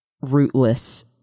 rootless